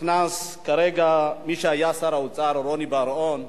נכנס כרגע מי שהיה שר האוצר, רוני בר-און.